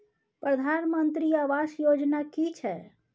प्रधानमंत्री आवास योजना कि छिए?